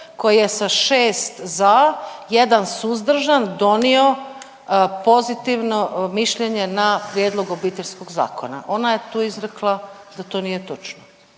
koji je sa 6 za, 1 suzdržan donio pozitivno mišljenje na prijedlog Obiteljskog zakona. Ona je tu izrekla da to nije točno.